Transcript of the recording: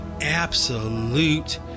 absolute